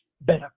better